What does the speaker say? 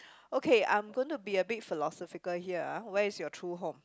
okay I'm gonna be a bit philosophical here ah where is your true home